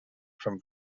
from